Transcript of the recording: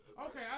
Okay